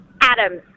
Adams